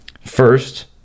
First